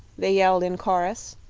they yelled in chorus,